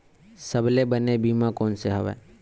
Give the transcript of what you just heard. सबले बने बीमा कोन से हवय?